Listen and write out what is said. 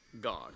God